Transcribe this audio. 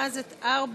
ואז את 4,